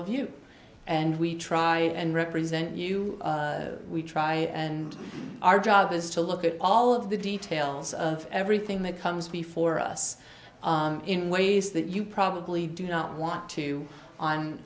of you and we try and represent you we try and our job is to look at all of the details of everything that comes before us in ways that you probably do not want to on